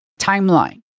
timeline